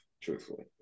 truthfully